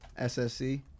SSC